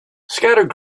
scattered